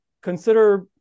consider